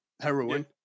heroin